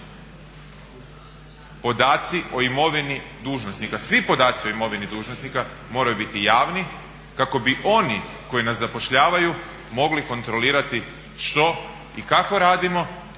svi podaci o imovini dužnosnika moraju biti javni kako bi oni koji nas zapošljavaju mogli kontrolirati što i kako radimo